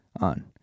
on